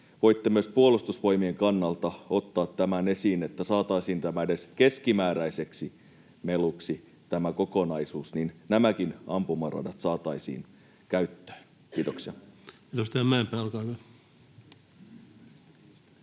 voitte myös Puolustusvoimien kannalta ottaa tämän esiin, että saataisiin tämä kokonaisuus edes keskimääräiseksi meluksi, niin nämäkin ampumaradat saataisiin käyttöön. — Kiitoksia. Edustaja Mäenpää, olkaa hyvä. Arvoisa